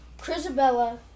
Crisabella